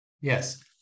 yes